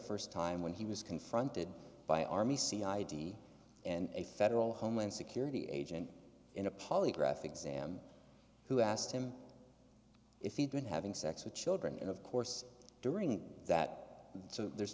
very st time when he was confronted by army c id and a federal homeland security agent in a polygraph exam who asked him if he'd been having sex with children and of course during that so there's